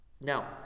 Now